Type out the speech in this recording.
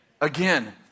again